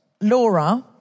Laura